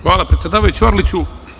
Hvala, predsedavajući Orliću.